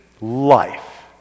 life